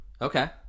okay